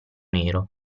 nero